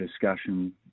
discussion